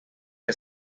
que